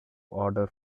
order